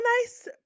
nice